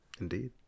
Indeed